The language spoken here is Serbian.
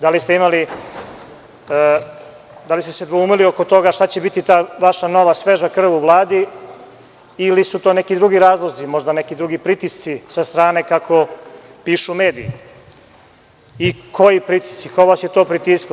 Da li ste se dvoumili oko toga šta će biti ta vaša nova sveža krv u Vladi ili su to neki drugi razlozi, možda neki drugi pritisci sa strane, kako pišu mediji i koji pritisci, ko vas je to pritiskao?